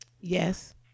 Yes